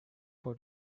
for